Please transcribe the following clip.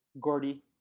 Gordy